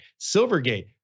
Silvergate